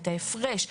את ההפרש,